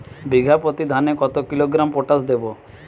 বিঘাপ্রতি ধানে কত কিলোগ্রাম পটাশ দেবো?